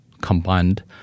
combined